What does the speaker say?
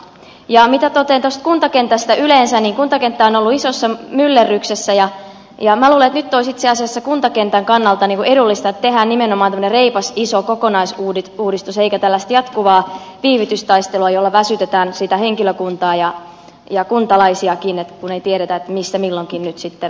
mitä totean tuosta kuntakentästä yleensä niin kuntakenttä on ollut isossa myllerryksessä ja minä luulen että nyt olisi itse asiassa kuntakentän kannalta edullista että tehdään nimenomaan tämmöinen reipas iso kokonaisuudistus eikä tällaista jatkuvaa viivytystaistelua jolla väsytetään sitä henkilökuntaa ja kuntalaisiakin kun ei tiedetä missä millonkin nyt sitä